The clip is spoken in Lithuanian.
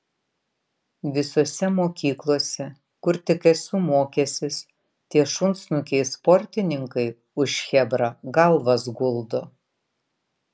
visose mokyklose kur tik esu mokęsis tie šunsnukiai sportininkai už chebrą galvas guldo